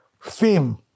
fame